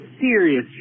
serious